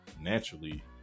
naturally